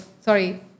sorry